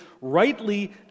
rightly